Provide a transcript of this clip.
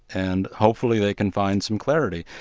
and hopefully they can find some clarity.